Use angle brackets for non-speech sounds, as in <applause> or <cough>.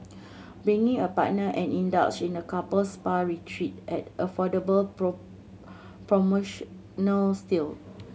bring a partner and indulge in a couple spa retreat at affordable <unintelligible> promotional steal